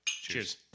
Cheers